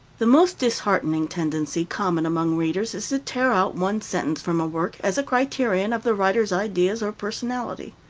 the most disheartening tendency common among readers is to tear out one sentence from a work, as a criterion of the writer's ideas or personality.